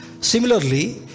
Similarly